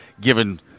given